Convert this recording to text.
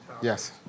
Yes